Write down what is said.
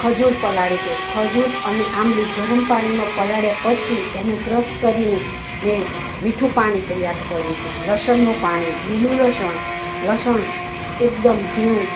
ખજૂર પલાળ્યું હતું ખજૂર અને આંબલી ગરમ પાણીમાં પલાળ્યા પછી એને ક્રશ કરીને મેં મીઠું પાણી તૈયાર કર્યું લસણનું પાણી લીલું લસણ લસણ એકદમ જીણું